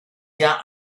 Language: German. jahr